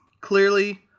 clearly